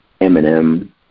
Eminem